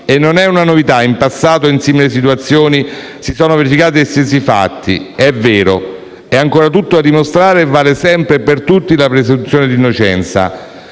non è una novità: in passato, in simili situazioni, si sono verificati gli stessi fatti. È vero che è ancora tutto da dimostrare e che vale sempre e per tutti la presunzione di innocenza.